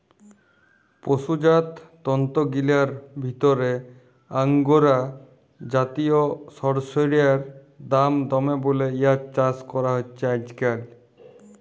পসুজাত তন্তুগিলার ভিতরে আঙগোরা জাতিয় সড়সইড়ার দাম দমে বল্যে ইয়ার চাস করা হছে আইজকাইল